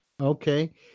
Okay